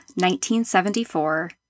1974